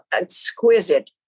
exquisite